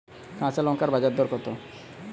কাঁচা লঙ্কার বাজার দর কত?